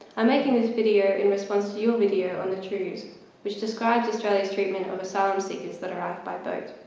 i'm making this video in response to your video on the trews which describes australia's treatment of asylum seekers that arrive by boat.